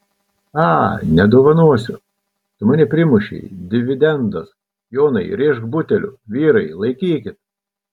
a nedovanosiu tu mane primušei dividendas jonai rėžk buteliu vyrai laikykit